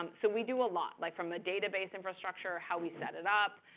um so we do a lot, like from a database infrastructure, how we set it up,